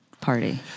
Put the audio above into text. party